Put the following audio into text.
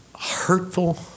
hurtful